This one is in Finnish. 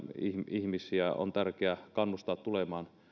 ihmisiä on tärkeää kannustaa tulemaan